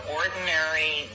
ordinary